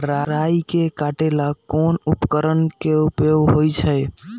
राई के काटे ला कोंन उपकरण के उपयोग होइ छई?